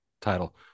title